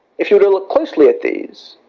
if you and look closely at these,